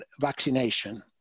vaccination